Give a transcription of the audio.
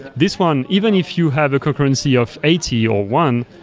this one, even if you have a concurrency of eighty or one,